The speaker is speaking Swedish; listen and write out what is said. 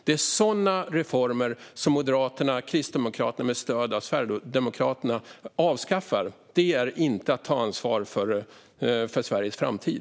Det är reformer som dessa som Moderaterna och Kristdemokraterna med stöd av Sverigedemokraterna avskaffar. Detta är inte att ta ansvar för Sveriges framtid.